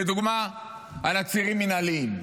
לדוגמה, על עצירים מינהליים,